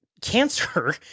cancer